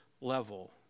level